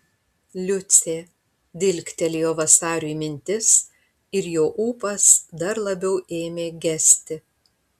liucė dilgtelėjo vasariui mintis ir jo ūpas dar labiau ėmė gesti